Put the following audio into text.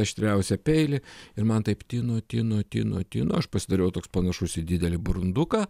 aštriausią peilį ir man taip tino tino tino tino aš pasidariau toks panašus į didelį burunduką